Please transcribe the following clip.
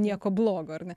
nieko blogo ar ne